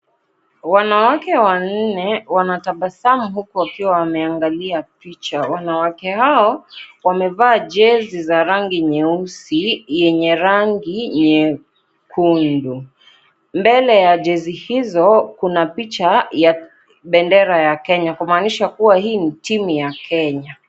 Wanawake wanne wanatabasamu huku wakiwa wameangalia picha wanawake hao ,wamevaa jezi za rangi nyeusi yenye rangi nyekundu mbele ya jezi hizo kuna picha ya bendera ya Kenya kumanisha kuwa hii ni timu ya Kenya.